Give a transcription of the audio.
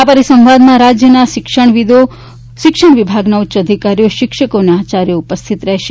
આ પરિસંવાદમાં રાજ્યના શિક્ષણવિદો શિક્ષણ વિભાગના ઉચ્ચ અધિકારીશ્રીઓ શિક્ષકો આચાર્યો ઉપસ્થિત રહેશે